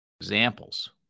examples –